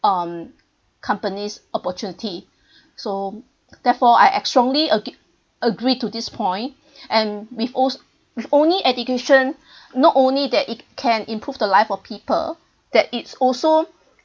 um companies opportunity so therefore I ac~ strongly agre~ agree to this point and we also with only education not only that it can improve the life of people that it's also